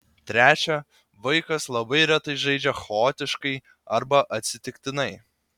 trečia vaikas labai retai žaidžia chaotiškai arba atsitiktinai